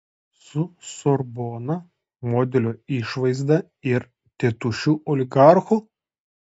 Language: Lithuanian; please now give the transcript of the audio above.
su sorbona modelio išvaizda ir tėtušiu oligarchu